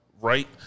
right